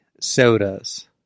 sodas